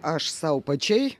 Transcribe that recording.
aš sau pačiai